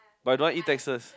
but I don't want to eat Texas